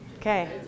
Okay